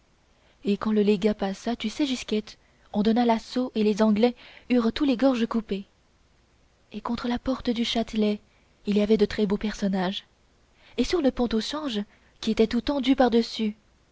et quand le légat passa tu sais gisquette on donna l'assaut et les anglais eurent tous les gorges coupées et contre la porte du châtelet il y avait de très beaux personnages et sur le pont au change qui était tout tendu